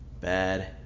bad